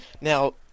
Now